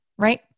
right